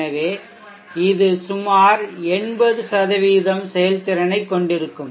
எனவே இது சுமார் 80 சதவிகிதம் செயல்திறனைக் கொண்டிருக்கும்